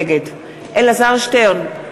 נגד אלעזר שטרן,